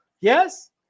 Yes